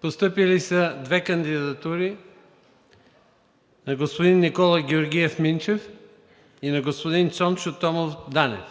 Постъпили са две кандидатури – на господин Никола Георгиев Минчев и на господин Цончо Томов Ганев.